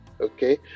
Okay